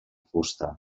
fusta